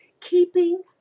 keeping